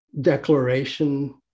declaration